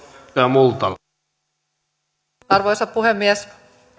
arvoisa puhemies